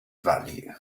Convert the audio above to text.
value